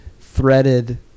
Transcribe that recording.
threaded